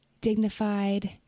dignified